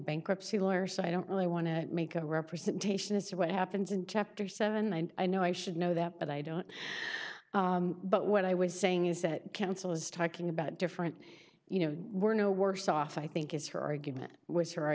bankruptcy lawyer so i don't really want to make a representation as to what happens in chapter seven and i know i should know that but i don't but what i was saying is that counsel is talking about different you know we're no worse off i think is her argument was her